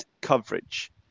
coverage